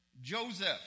Joseph